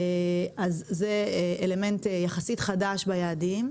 זה אלמנט יחסית חדש ביעדים.